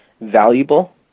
valuable